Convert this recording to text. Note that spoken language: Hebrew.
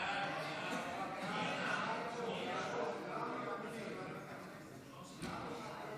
ההצעה להעביר את הצעת חוק לעידוד השקעות הון